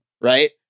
right